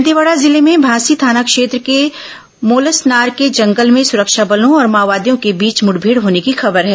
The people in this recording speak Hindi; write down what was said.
दंतेवाड़ा जिले में भांसी थाना क्षेत्र के मोलसनार के जंगल में सुरक्षा बलों और माओवादियों के बीच मुठभेड होने की खबर है